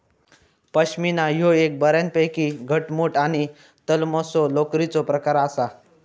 पश्मीना ह्यो एक बऱ्यापैकी घटमुट आणि तलमसो लोकरीचो प्रकार आसा